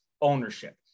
ownership